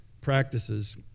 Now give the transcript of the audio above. practices